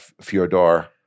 fyodor